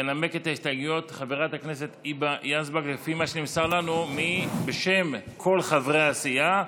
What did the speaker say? לפי מה שנמסר לנו, בשם כל חברי הסיעה.